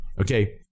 okay